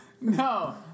No